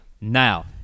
Now